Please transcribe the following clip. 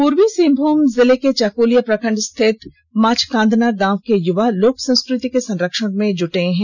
पूर्वी सिंहभूम जिले के चाकुलिया प्रखंड स्थित माछकांदना गांव के युवा लोक संस्कृति के संरक्षण में जुटे हुए हैं